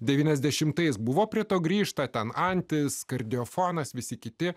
devyniasdešimtais buvo prie to grįžta ten antis kardiofonas visi kiti